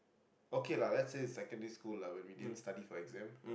okay lah let's say secondary school lah when we didn't study for exam